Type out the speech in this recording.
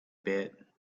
bit